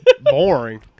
boring